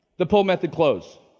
the pull method close,